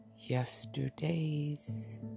yesterday's